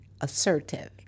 assertive